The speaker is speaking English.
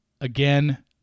Again